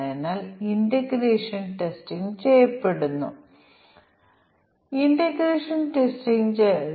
അതിനാൽ ഞങ്ങൾക്ക് ഇൻപുട്ട് മൂല്യങ്ങളുണ്ട് കൂടാതെ എന്ത് പ്രവർത്തനങ്ങൾ പ്രതീക്ഷിക്കണമെന്നും ഞങ്ങൾക്ക് ഉണ്ട് ഇത് ഒരു ടെസ്റ്റ് കേസിന് ആവശ്യമാണ്